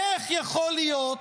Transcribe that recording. איך יכול להיות